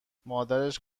مادرش